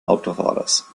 autofahrers